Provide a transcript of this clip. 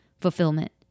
fulfillment